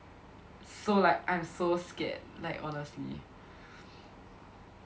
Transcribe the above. so like I'm so scared like honestly